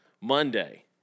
Monday